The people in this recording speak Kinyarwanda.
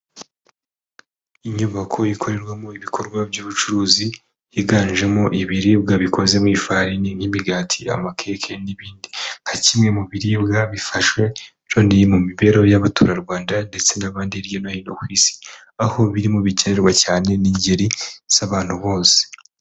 Inyubako ikorerwamo ibikorwa by'ubucuruzi, higanjemo ibiribwa bikoze mu ifarini nk'imigati, amakeke n'ibindi, nka kimwe mu biribwa bifashwe byombi mu mibereho y'abaturarwanda ndetse n'abandi hirya no hino ku isi, aho birimo bikenerwa cyane n'ingeri z'abantu bose.